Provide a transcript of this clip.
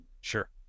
Sure